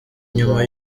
nyuma